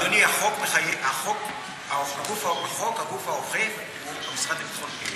אדוני, הגוף האוכף הוא המשרד לביטחון הפנים.